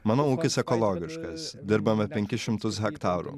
mano ūkis ekologiškas dirbame penkis šimtus hektarų